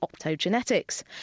optogenetics